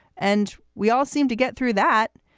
and we all seem to get through that.